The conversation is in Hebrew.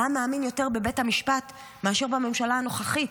העם מאמין יותר בבית המשפט מאשר בממשלה הנוכחית.